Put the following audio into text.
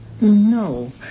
No